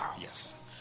yes